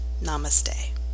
Namaste